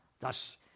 Thus